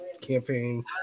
campaign